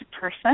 person